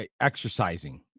exercising